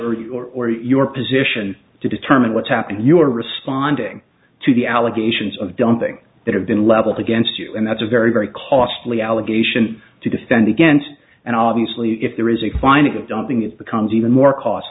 earlier or your position to determine what happened you are responding to the allegations of dumping that have been leveled against you and that's a very very costly allegation to defend against and obviously if there is a finding of dumping it becomes even more cost